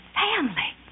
family